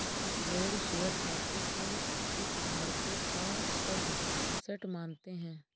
कुछ लोग शेयरधारकों को हितधारकों का सबसेट मानते हैं